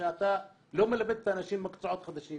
שאתה לא מלמד את האנשים מקצועות חדשים